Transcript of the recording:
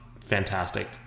fantastic